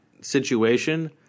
situation –